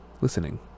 listening